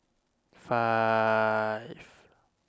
five